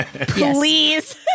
Please